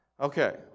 Okay